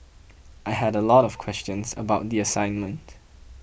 I had a lot of questions about the assignment